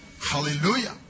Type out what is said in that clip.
Hallelujah